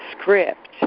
script